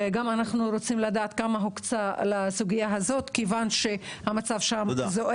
גם אנחנו רוצים לדעת כמה הוקצה לסוגיה הזו מכיוון שהמצב שם זועק